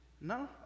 No